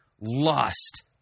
lust